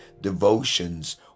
devotions